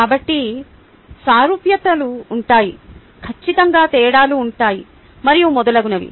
కాబట్టి సారూప్యతలు ఉంటాయి ఖచ్చితంగా తేడాలు ఉంటాయి మరియు మొదలగునవి